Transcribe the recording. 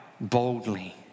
boldly